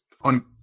on